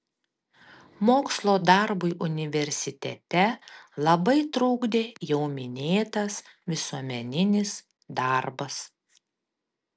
mokslo darbui universitete labai trukdė jau minėtas visuomeninis darbas